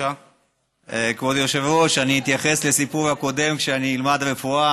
אני אתייחס לסיפור הקודם כשאני אלמד רפואה.